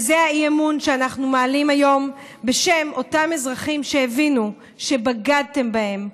וזה האי-אמון שאנחנו מעלים היום בשם אותם אזרחים שהבינו שבגדתם בהם.